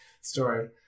story